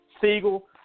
Siegel